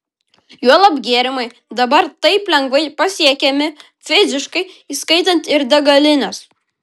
juolab gėrimai dabar taip lengvai pasiekiami fiziškai įskaitant ir degalines